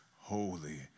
holy